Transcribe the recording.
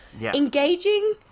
Engaging